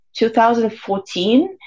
2014